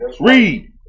Read